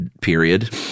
period